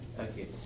Okay